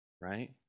right